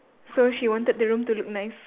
so she wanted the room to look nice